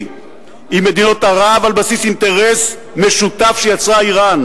עם מדינות ערב על בסיס אינטרס משותף שיצרה אירן.